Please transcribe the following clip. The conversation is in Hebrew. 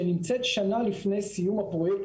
שנמצאת שנה לפני סיום הפרוייקט,